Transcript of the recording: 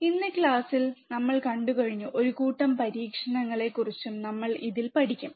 ഇന്ന് ക്ലാസ്സിൽ നമ്മൾ കണ്ടു കഴിഞ്ഞ് ഒരു കൂട്ടം പരീക്ഷണങ്ങളെ കുറിച്ചും നമ്മൾ ഇതിൽ പഠിക്കും